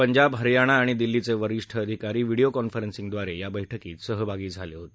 पंजाब हरियाणा आणि दिल्लीचे वरीष्ठ आधिकारी व्हिडिओ कॉन्फरसिंगद्वारे या बैठकीत सहभागी झाले होते